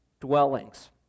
dwellings